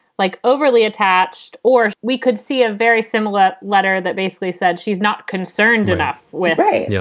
like, overly attached or we could see a very similar letter that basically said she's not concerned enough with right. yeah